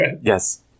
Yes